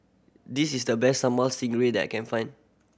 this is the best sambal that I can find